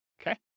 Okay